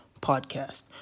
podcast